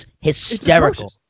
hysterical